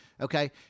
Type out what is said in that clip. Okay